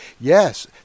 Yes